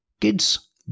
Kids